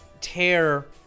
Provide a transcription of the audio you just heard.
tear